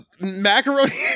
macaroni